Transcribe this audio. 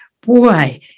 boy